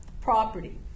property